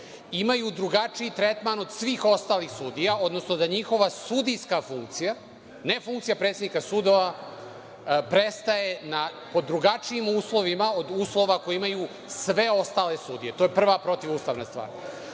imaju drugačiji tretman od svih ostalih sudija, odnosno da njihova sudijska funkcija, ne funkcija predsednika sudova, prestaje po drugačijim uslovima od uslova koje imaju sve ostale sudije. To je prva protivustavna stvar. Onda,